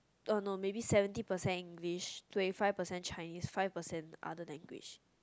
er no maybe seventy percent English twenty five percent Chinese five percent other language